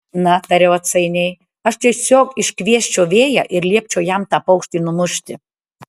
na tariau atsainiai aš tiesiog iškviesčiau vėją ir liepčiau jam tą paukštį numušti